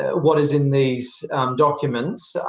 what is in these documents,